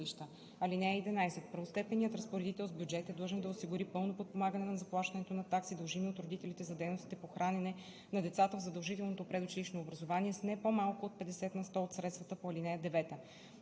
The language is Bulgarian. училища. (11) Първостепенният разпоредител с бюджет е длъжен да осигури пълно подпомагане на заплащането на такси, дължими от родителите за дейностите по хранене на децата в задължителното предучилищно образование, с не по-малко от 50 на сто от средствата по ал. 9.